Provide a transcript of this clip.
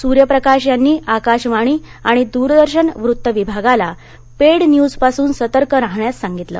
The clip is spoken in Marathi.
सर्यप्रकाश यांनी आकाशवाणी आणि दरदर्शन वत्त विभागाला पेड न्यूज पासून सतर्क राहण्यास सांगितलं